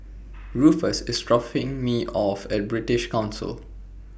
Rufus IS dropping Me off At British Council